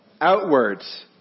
Outwards